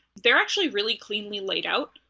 they're actually really cleanly laid out.